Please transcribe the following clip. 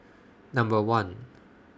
Number one